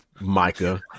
Micah